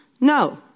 No